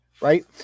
right